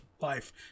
life